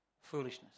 Foolishness